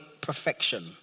perfection